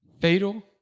Fatal